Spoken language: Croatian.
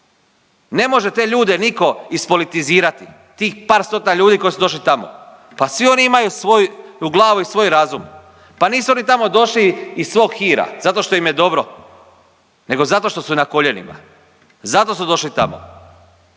Ne može te ljude nitko ispolitizirati, tih par stotina ljudi koji su došli tamo. Pa svi oni imaju svoju glavu i svoj razum. Pa nisu oni tamo došli iz svog hira, zato što im je dobro, nego zato što su na koljenima. Zato su došli tamo